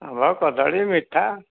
ଆମ୍ବ କଦଳୀ ମିଠା